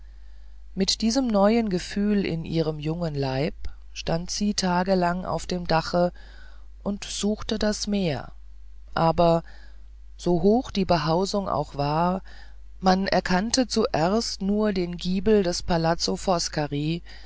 mit diesem neuen gefühl in ihrem jungen leib stand sie tagelang auf dem dache und suchte das meer aber so hoch die behausung auch war man erkannte zuerst nur den giebel des palazzo